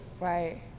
Right